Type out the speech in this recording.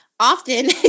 Often